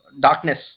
darkness